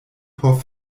por